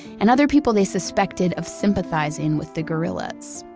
and other people they suspected of sympathizing with the guerrillas.